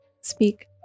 speak